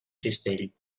cistell